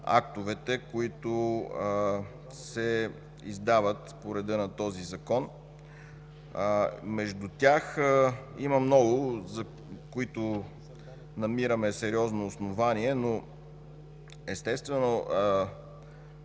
които се издават по реда на този Закон. Между тях има много, за които намираме сериозно основание, но естествено